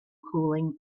cooling